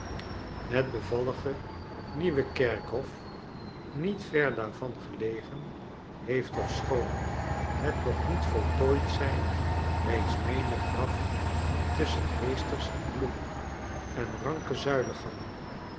het bevalligenieuwe kerkhof niet verdaarvangelegen heeft ofschoon het nog niet voltooid zij reeds menig graf tusschen heesters en bloemen en ranke